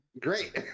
Great